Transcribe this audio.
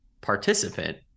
participant